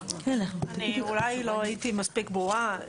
אני אולי לא הייתי מספיק ברורה.